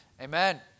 Amen